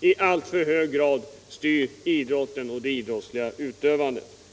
i alltför hög grad styr idrotten och det idrottsliga utövandet.